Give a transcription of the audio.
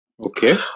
Okay